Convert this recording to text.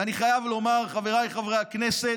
ואני חייב לומר, חבריי חברי הכנסת,